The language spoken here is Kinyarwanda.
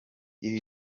ibi